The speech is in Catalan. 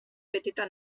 petita